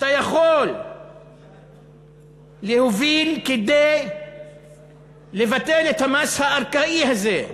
אתה יכול להוביל כדי לבטל את המס הארכאי הזה,